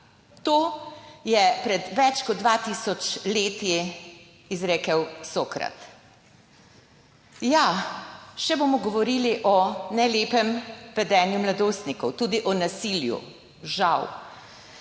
to je pred več kot 2 tisoč leti izrekel Sokrat. Ja, še bomo govorili o nelepem vedenju mladostnikov, tudi o nasilju, žal,